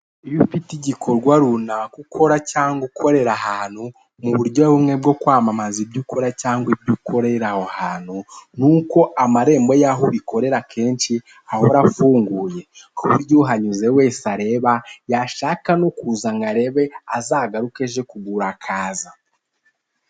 Iyo ufite igikorwa runaka ukora cyangwa ukorera ahantu mu buryo bumwe bwo kwamamaza ibyo ukora cyangwa ibyo ukorera aho hantu ni uko amarembo y'aho ubikorera akenshi ahora afunguye ku buryo uhanyuze wese areba yashaka no kuza ngo arebe azagaruke aje kugura akaza.